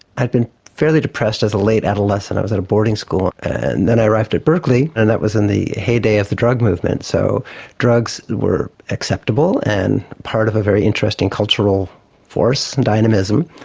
i'd been fairly depressed as a late adolescent, i was at a boarding school, and then i arrived at berkeley and that was in the heyday of the drug movement. so drugs were acceptable and part of a very interesting cultural force and dynamism.